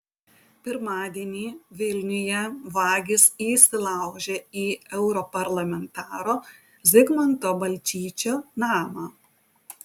pirmadienį vilniuje vagys įsilaužė į europarlamentaro zigmanto balčyčio namą